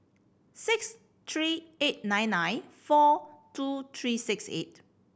six three eight nine nine four two three six eight